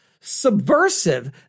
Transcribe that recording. subversive